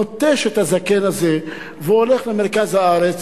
נוטש את הזקן הזה והולך למרכז הארץ,